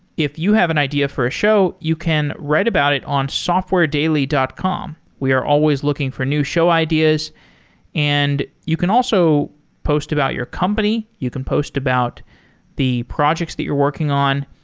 if you have an idea for show, you can write about it on softwaredaily dot com. we are always looking for new show ideas and you can also post about your company. you can post about the projects that you're working on.